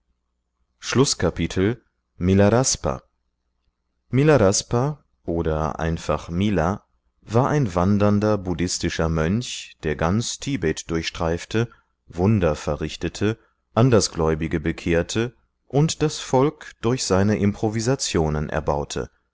schlußkapitel milaraspa mi la ras pa oder einfach mi la war ein wandernder buddhistischer mönch der ganz tibet durchstreifte wunder verrichtete andersgläubige bekehrte und das volk durch seine improvisationen erbaute